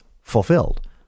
fulfilled